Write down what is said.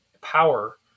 power